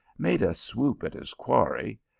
made a swoop at his quarry,